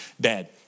dad